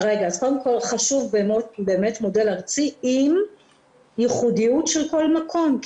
חשוב באמת מודל ארצי עם ייחודיות של כל מקום.